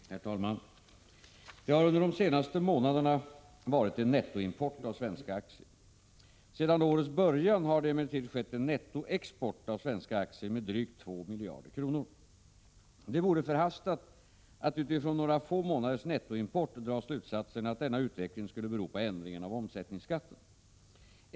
Herr talman! Det har under de senaste månaderna varit en nettoimport av svenska aktier. Sedan årets början har det emellertid skett en nettoexport av svenska aktier med drygt 2 miljarder kronor. Det vore förhastat att utifrån några få månaders nettoimport dra slutsatsen att denna utveckling skulle bero på ändringen av omsättningsskatten.